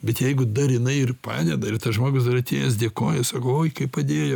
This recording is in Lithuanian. bet jeigu dar jinai ir padeda ir tas žmogus dar atėjęs dėkoja sako oi kaip padėjo